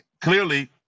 Clearly